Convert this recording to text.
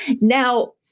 Now